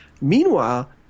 Meanwhile